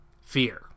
Fear